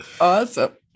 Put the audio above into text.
Awesome